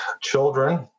children